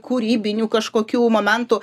kūrybinių kažkokių momentų